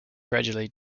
gradually